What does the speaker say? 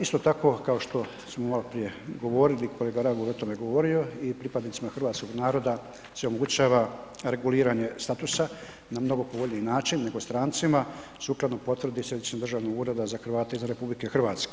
Isto tako kao što maloprije govorili, kolega Raguž je o tome govorio i pripadnicima hrvatskog naroda se omogućava reguliranje statusa na mnogo povoljniji način nego strancima sukladno potrebi Središnjeg državnog ureda za Hrvate izvan RH.